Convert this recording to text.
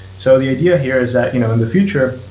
so the idea here is that you know in the future,